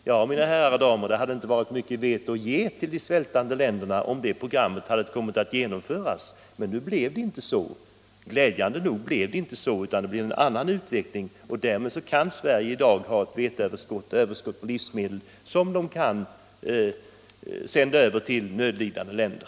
Ja, mina damer och herrar, vi hade inte haft något vete att ge de svältande länderna om det programmet hade genomförts. Nu blev det inte så. Glädjande nog blev utvecklingen en annan, och därmed kan Sverige i dag ha överskott på livsmedel som vi kan sända till nödlidande länder.